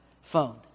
phone